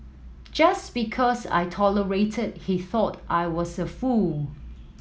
just because I tolerated he thought I was a fool